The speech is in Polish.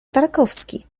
tarkowski